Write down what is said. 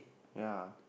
ya